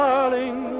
Darling